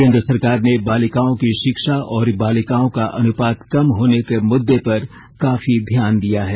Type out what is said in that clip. केन्द्र सरकार ने बालिकाओं की शिक्षा और बालिकाओं का अनुपात कम होने के मुद्दे पर काफी ध्यान दिया है